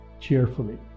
cheerfully